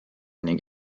ning